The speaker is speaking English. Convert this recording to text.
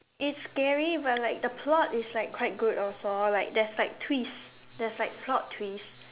it's scary but like the plot is like quite good also like there's like twists there's like plot twist